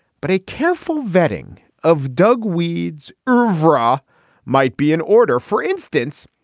but a careful vetting of doug weeds overall might be in order for instance.